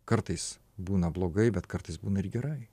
kartais būna blogai bet kartais būna ir gerai